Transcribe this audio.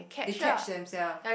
they catch themselves